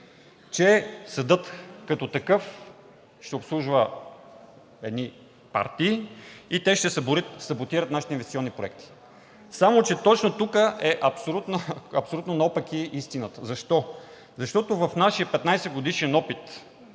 че съдът като такъв ще обслужва едни партии и те ще саботират нашите инвестиционни проекти. Само че точно тук е абсолютно наопаки истината. Защо? Защото в нашия 15-годишен опит